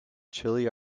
chile